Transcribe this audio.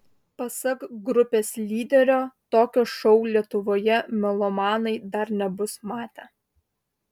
pasak grupės lyderio tokio šou lietuvoje melomanai dar nebus matę